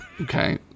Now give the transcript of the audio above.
Okay